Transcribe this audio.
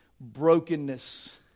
brokenness